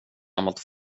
gammalt